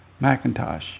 Macintosh